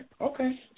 Okay